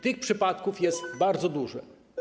Takich przypadków jest bardzo dużo.